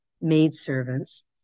maidservants